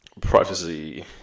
privacy